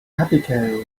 abigail